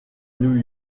new